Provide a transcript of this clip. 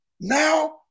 now